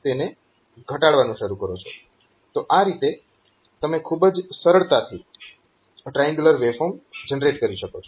તો આ રીતે તમે ખૂબ જ સરળતાથી ટ્રાયેન્ગ્યુલર વેવફોર્મ જનરેટ કરી શકો છો